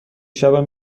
شبم